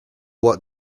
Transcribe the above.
what